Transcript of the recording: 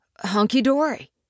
hunky-dory